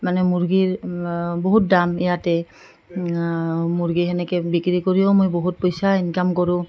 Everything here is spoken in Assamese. মানে মুৰ্গীৰ বহুত দাম ইয়াতে মুৰ্গী তেনেকৈ বিক্ৰী কৰিও মই বহুত পইচা ইনকাম কৰোঁ